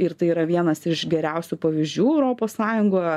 ir tai yra vienas iš geriausių pavyzdžių europos sąjungoje